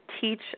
teach